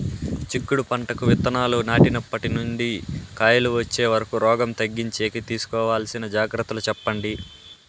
చిక్కుడు పంటకు విత్తనాలు నాటినప్పటి నుండి కాయలు వచ్చే వరకు రోగం తగ్గించేకి తీసుకోవాల్సిన జాగ్రత్తలు చెప్పండి?